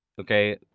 Okay